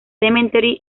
cemetery